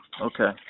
Okay